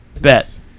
Bet